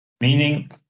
Meaning